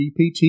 GPT